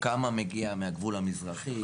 כמה מגיע מהגבול המזרחי,